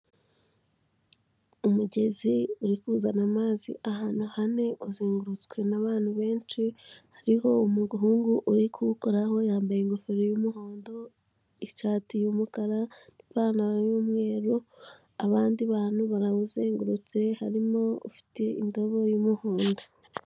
Umugezi uri kuzana amazi ahantu hane, uzengurutswe n'abantu benshi, hariho umuhungu uri kuwukoraho yambaye ingofero y'umuhondo, ishati y'umukara n'ipantaro y'umweru, abandi bantu barawuzengurutse harimo ufite indabo y'umuhondo.